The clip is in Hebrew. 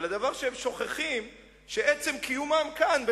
אבל הדבר שהם שוכחים הוא שעצם קיומם כאן,